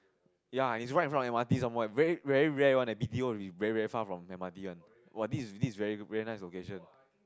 ya it's right in front of M_R_T some more eh very very rare one leh B_T_O usually is very far from M_R_T one !wah! this is this is very very nice location